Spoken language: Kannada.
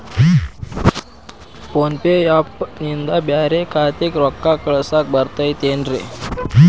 ಫೋನ್ ಪೇ ಆ್ಯಪ್ ನಿಂದ ಬ್ಯಾರೆ ಖಾತೆಕ್ ರೊಕ್ಕಾ ಕಳಸಾಕ್ ಬರತೈತೇನ್ರೇ?